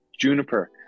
juniper